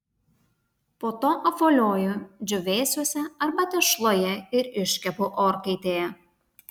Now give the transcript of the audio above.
po to apvolioju džiūvėsiuose arba tešloje ir iškepu orkaitėje